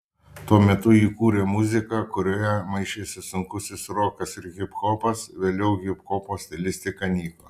tuo metu ji kūrė muziką kurioje maišėsi sunkusis rokas ir hiphopas vėliau hiphopo stilistika nyko